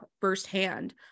firsthand